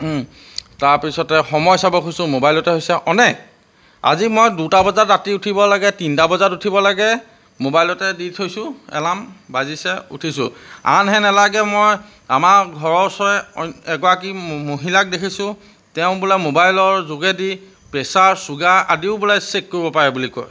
তাৰপিছতে সময় চাব খুজিছোঁ মোবাইলতে হৈছে অনেক আজি মই দুটা বজাত ৰাতি উঠিব লাগে তিনিটা বজাত উঠিব লাগে মোবাইলতে দি থৈছোঁ এলাৰ্ম বাজিছে উঠিছোঁ আনহে নেলাগে মই আমাৰ ঘৰৰ ওচৰে এগৰাকী ম মহিলাক দেখিছোঁ তেওঁ বোলে মোবাইলৰ যোগেদি প্ৰেছাৰ চুগাৰ আদিও বোলে চেক কৰিব পাৰে বুলি কয়